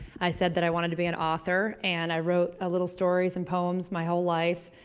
i said that i wanted to be an author. and i wrote ah little stories and poems, my whole life.